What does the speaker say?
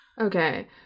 Okay